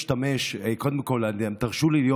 קודם כול, תרשו לי,